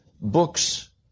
books